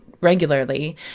regularly